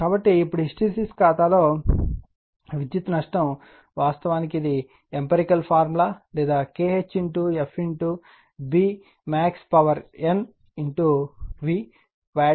కాబట్టి ఇప్పుడు హిస్టిరిసిస్ ఖాతాలో విద్యుత్ నష్టం వాస్తవానికి ఇది ఎంపెరికల్ ఫార్ములా లేదా KhfBmaxnVవాట్స్